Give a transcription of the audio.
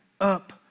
up